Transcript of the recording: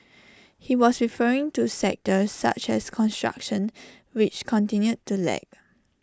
he was referring to sectors such as construction which continued to lag